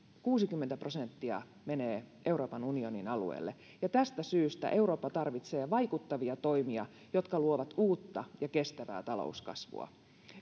kuusikymmentä prosenttia menee euroopan unionin alueelle ja tästä syystä eurooppa tarvitsee vaikuttavia toimia jotka luovat uutta ja kestävää talouskasvua